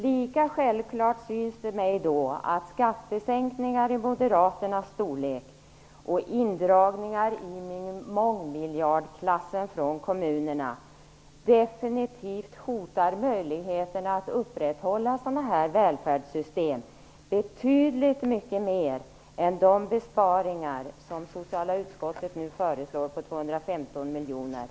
Lika självklart syns det mig då att skattesänkningar i moderaternas storlek och indragningar i mångmiljardklassen från kommunerna definitivt hotar möjligheterna att upprätthålla välfärdssystemen betydligt mycket mer än de besparingar som socialutskottet nu föreslår på 215 miljoner.